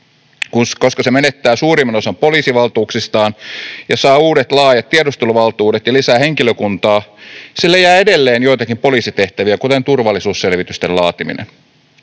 koska se menettää suurimman osan poliisivaltuuksistaan ja saa uudet laajat tiedusteluvaltuudet ja lisää henkilökuntaa, niin sille jää edelleen joitakin poliisitehtäviä, kuten turvallisuusselvitysten laatiminen.